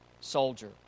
soldier